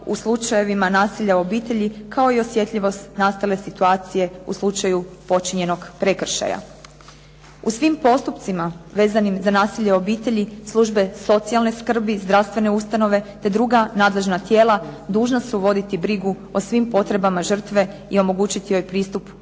u slučajevima nasilja u obitelji kao i osjetljivost nastale situacije u slučaju počinjenog prekršaja. U svim postupcima vezanim za nasilje u obitelji službe socijalne skrbi, zdravstvene ustanove, te druga nadležna tijela dužna su voditi brigu o svim potrebama žrtve i omogućiti joj pristup odgovarajućim